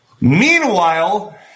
Meanwhile